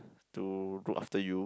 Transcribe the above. to look after you